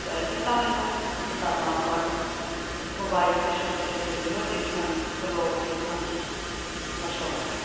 ਵੈਸੇ ਤਾਂ ਮੈਨੂੰ ਕਿਤਾਬਾਂ ਪੜ੍ਹਨ ਮੋਬਾਇਲ 'ਤੇ ਛੋਟੇ ਛੋਟੇ ਵੀਡੀਓ ਦੇਖਣ ਵਲੋਗ ਦੇਖਣ ਦਾ ਸ਼ੌਂਕ ਹੈ